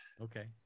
Okay